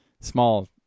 small